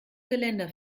geländer